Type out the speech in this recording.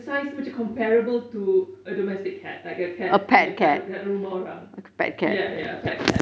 size tu macam comparable to a domestic cat like a cat punya kat kat rumah orang ya ya a pet cat